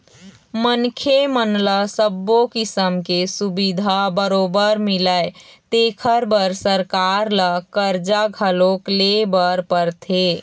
मनखे मन ल सब्बो किसम के सुबिधा बरोबर मिलय तेखर बर सरकार ल करजा घलोक लेय बर परथे